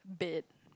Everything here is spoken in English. beat